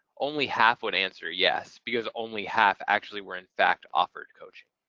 only half would answer yes because only half actually were in fact offered coaching.